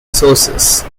sources